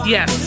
Yes